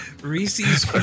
Reese's